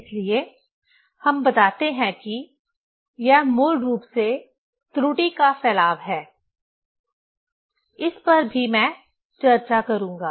इसलिए हम बताते हैं कि यह मूल रूप से त्रुटि का फैलाव है इस पर भी मैं चर्चा करूंगा